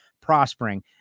prospering